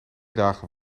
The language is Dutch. dagen